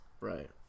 Right